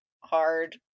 hard